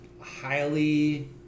highly